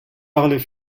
parler